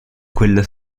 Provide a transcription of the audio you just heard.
quello